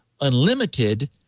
unlimited